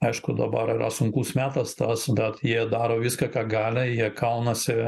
aišku dabar yra sunkus metas tą vasudat jie daro viską ką gali jie kaunasi